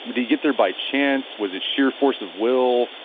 did he get there by chance? was it sheer force of will?